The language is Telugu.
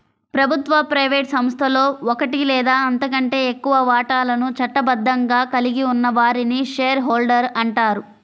ప్రభుత్వ, ప్రైవేట్ సంస్థలో ఒకటి లేదా అంతకంటే ఎక్కువ వాటాలను చట్టబద్ధంగా కలిగి ఉన్న వారిని షేర్ హోల్డర్ అంటారు